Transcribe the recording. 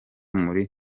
muri